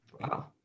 Wow